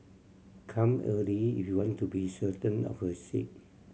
come early if you want to be certain of a seat